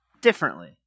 differently